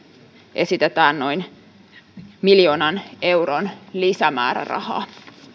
esitetään noin miljoonan euron lisämäärärahaa